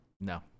No